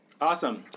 Awesome